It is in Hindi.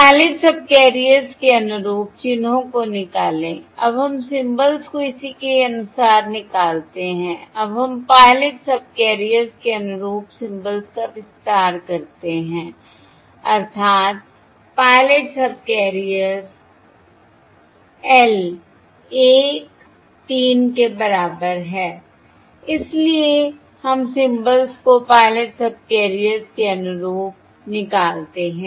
अब पायलट सबकैरियर्स के अनुरूप चिन्हों को निकालें अब हम सिंबल्स को इसी के अनुसार निकालते हैं अब हम पायलट सबकैरियर्स के अनुरूप सिंबल्स का विस्तार करते हैं अर्थात् पायलट सबकैरियर्स l 1 3 के बराबर हैं इसलिए हम सिंबल्स को पायलट सबकैरियर्स के अनुसार निकालते हैं